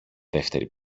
δεύτερη